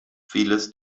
vieles